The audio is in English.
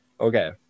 Okay